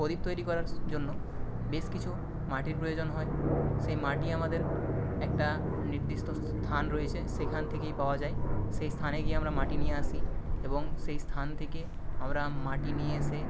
প্রদীপ তৈরি করার জন্য বেশ কিছু মাটির প্রয়োজন হয় সেই মাটি আমাদের একটা নির্দিষ্ট স্থান রয়েছে সেখান থেকেই পাওয়া যায় সেই স্থানে গিয়ে আমরা মাটি নিয়ে আসি এবং সেই স্থান থেকে আমরা মাটি নিয়ে এসে